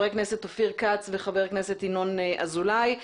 אופיר כץ וינון אזולאי.